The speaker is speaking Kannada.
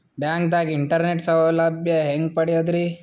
ಬ್ಯಾಂಕ್ದಾಗ ಇಂಟರ್ನೆಟ್ ಬ್ಯಾಂಕಿಂಗ್ ಸೌಲಭ್ಯ ಹೆಂಗ್ ಪಡಿಯದ್ರಿ?